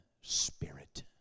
spirit